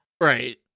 Right